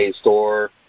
store